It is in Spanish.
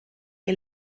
que